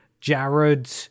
Jared